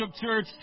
church